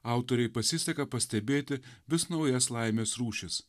autorei pasiseka pastebėti vis naujas laimės rūšis